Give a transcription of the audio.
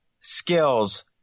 skills